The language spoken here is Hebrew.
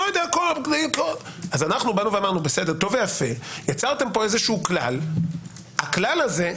אמרנו: יצרתם פה כלל כלשהו.